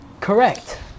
Correct